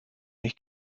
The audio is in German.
nicht